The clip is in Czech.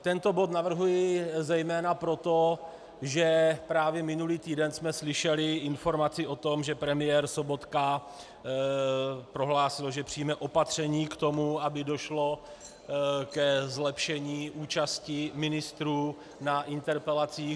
Tento bod navrhuji zejména proto, že právě minulý týden jsme slyšeli informaci o tom, že premiér Sobotka prohlásil, že přijme opatření k tomu, aby došlo ke zlepšení účasti ministrů na interpelacích.